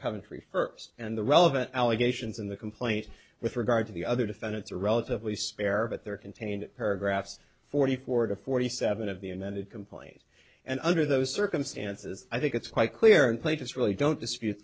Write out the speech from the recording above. coventry first and the relevant allegations in the complaint with regard to the other defendants are relatively spare but they are contained in paragraphs forty four to forty seven of the united complaint and under those circumstances i think it's quite clear and plain just really don't dispute